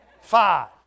five